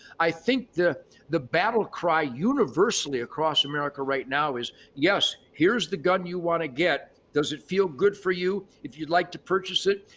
i think that the battle cry universally across america right now is yes, here's the gun you want to get. does it feel good for you? if you'd like to purchase it,